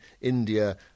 India